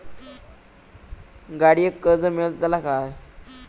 गाडयेक कर्ज मेलतला काय?